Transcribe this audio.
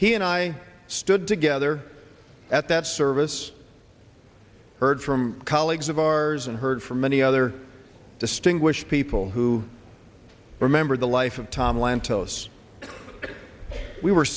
he and i stood together at that service heard from colleagues of ours and heard from many other distinguished people who remember the life of tom lantos we were